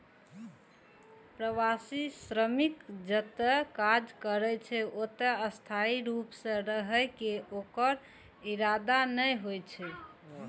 प्रवासी श्रमिक जतय काज करै छै, ओतय स्थायी रूप सं रहै के ओकर इरादा नै होइ छै